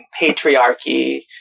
patriarchy